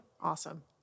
Awesome